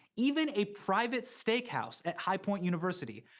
even a private steak house at high point university.